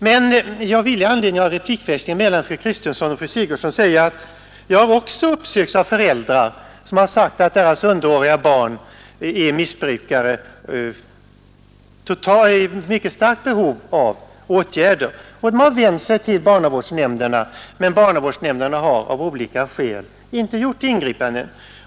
Men jag vill i anledning av replikväxlingen mellan fru Kristensson och fru Sigurdsen säga att jag också har uppsökts av föräldrar som har sagt att deras minderåriga barn är missbrukare och i mycket stort behov av åtgärder. Föräldrarna har vänt sig till barnavårdsnämnden, men denna har av olika skäl inte gjort något ingripande.